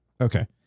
okay